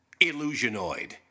Illusionoid